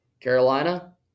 Carolina